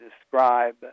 describe